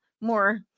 more